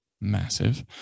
massive